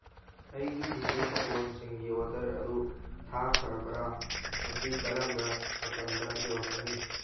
ꯑꯩꯒꯤ ꯐꯤꯁꯨ ꯁꯥꯄꯣꯟꯁꯤꯡꯒꯤ ꯑꯣꯗꯔ ꯑꯗꯨ ꯊꯥꯈ꯭ꯔꯕꯔꯥ ꯃꯁꯤ ꯀꯔꯝꯕ ꯃꯇꯝꯗ ꯌꯧꯔꯛꯀꯅꯤ